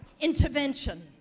intervention